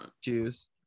choose